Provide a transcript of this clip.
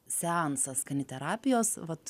seansas kaniterapijos vat